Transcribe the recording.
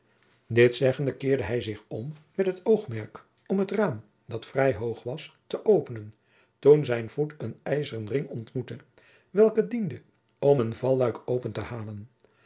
dit zeggende keerde hij zich om met oogmerk om het raam dat vrij hoog was te openen toen zijn voet een ijzeren ring ontmoette welke diende om een valluik open te halen